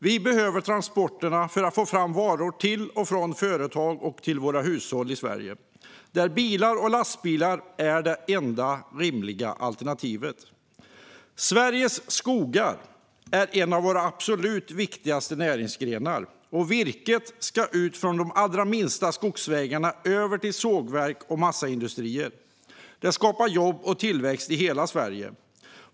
Vi behöver transporterna för att få fram varor till och från företag och till våra hushåll i Sverige, där bilar och lastbilar är det enda rimliga alternativet. Sveriges skogar är en av våra absolut viktigaste näringsgrenar. Virket ska ut från de allra minsta skogsvägarna till sågverk och massaindustrier. Det skapar jobb och tillväxt i hela Sverige.